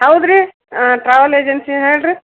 ಹೌದ್ ರೀ travel agency ಹೇಳಿರಿ